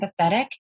empathetic